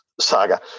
saga